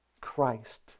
Christ